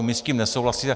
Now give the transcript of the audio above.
My s tím nesouhlasíme.